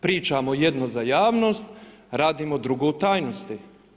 Pričamo jedno za javnost, radimo drugo u tajnosti.